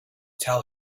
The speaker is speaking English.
tell